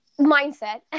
mindset